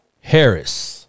Harris